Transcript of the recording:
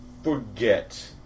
Forget